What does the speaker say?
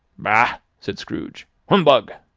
bah! said scrooge, humbug!